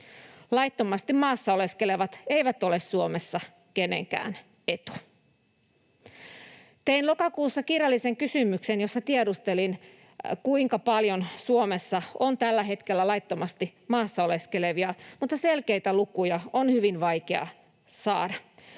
Laittomasti maassa oleskelevat eivät ole Suomessa kenenkään etu. Tein lokakuussa kirjallisen kysymyksen, jossa tiedustelin, kuinka paljon Suomessa on tällä hetkellä laittomasti maassa oleskelevia, mutta selkeitä lukuja on hyvin vaikea saada.